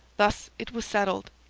thus it was settled.